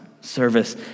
service